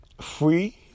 free